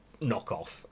knockoff